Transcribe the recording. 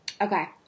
Okay